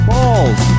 Balls